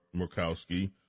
Murkowski